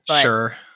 Sure